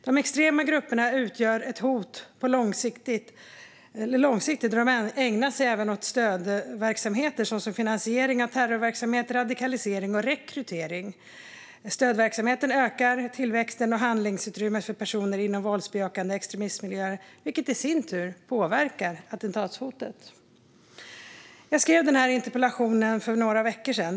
De extrema grupperna utgör ett hot långsiktigt, och de ägnar sig även åt stödverksamheter som finansiering av terrorverksamheter, radikalisering och rekrytering. Stödverksamheten ökar tillväxten och handlingsutrymmet för personer inom våldsbejakande extremistmiljöer, vilket i sin tur påverkar attentatshotet. Jag skrev den här interpellationen för några veckor sedan.